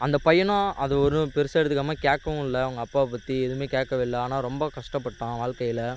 அந்த பையனும் அது ஒரு பெருசாக எடுத்துக்காமல் கேட்கவும் இல்லை அவங்க அப்பாவை பற்றி எதுவுமே கேட்கவே இல்லை ஆனால் ரொம்ப கஷ்டப்பட்டான் வாழ்க்கையில்